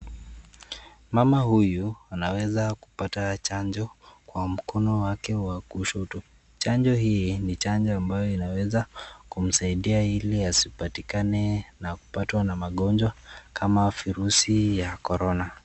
Mama huyu, ameweza kupata chanjo, kwa mkono wake wa kushoto. Chanjo hii ni chanjo inaweza kumsaidia ili asipatikane na kupatwa na magonjwa, kama virusi ya korona.